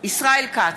ישראל כץ,